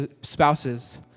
spouses—